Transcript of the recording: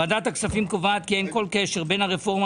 ועדת הכספים קובעת כי אין כל קשר בין הרפורמה